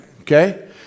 Okay